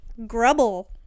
Grubble